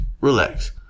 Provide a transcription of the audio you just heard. Relax